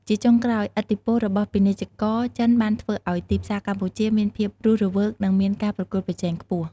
ជាចុងក្រោយ ឥទ្ធិពលរបស់ពាណិជ្ជករចិនបានធ្វើឱ្យទីផ្សារកម្ពុជាមានភាពរស់រវើកនិងមានការប្រកួតប្រជែងខ្ពស់។